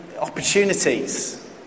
opportunities